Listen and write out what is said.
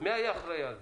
מי היה אחראי לפיקוח?